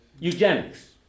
eugenics